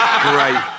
Great